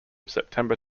september